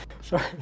Sorry